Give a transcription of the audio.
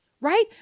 Right